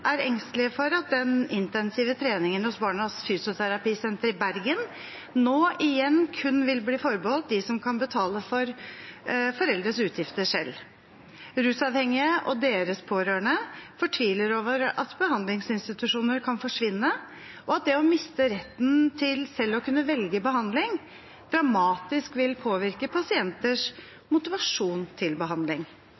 er engstelige for at den intensive treningen hos Barnas Fysioterapisenter i Bergen igjen kun vil bli forbeholdt de som kan betale for foreldres utgifter selv. Rusavhengige og deres pårørende fortviler over at behandlingsinstitusjoner kan forsvinne, og at det å miste retten til selv å kunne velge behandling dramatisk vil påvirke pasienters